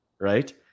right